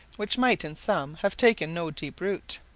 which might in some have taken no deep root.